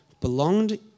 belonged